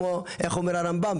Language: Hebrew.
איך אומר הרמב"ם,